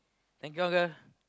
thank you uncle